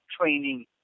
training